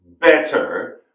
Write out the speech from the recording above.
better